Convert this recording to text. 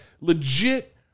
legit